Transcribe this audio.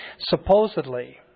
Supposedly